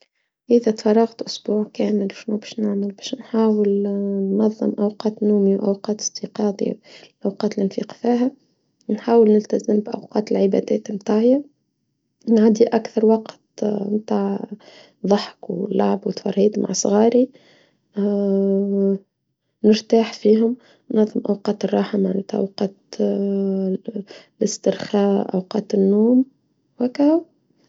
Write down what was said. إذا تفرغت أسبوع كامل شنو بش نعمل؟ بش نحاول ننظم أوقات نومي وأوقات استيقاضي وأوقات لنفيق ثاها نحاول نلتزم بأوقات العبادات نتاعي نعدي أكثر وقت متاع ضحك ولعب وتفرهيد مع صغاري نرتاح فيهم ننظم أوقات الراحه نتاع أوقات الاسترخاء أوقات النوم وكاو.